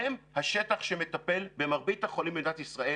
הם השטח שמטפל במרבית החולים במדינת ישראל.